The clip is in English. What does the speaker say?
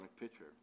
picture